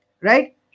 Right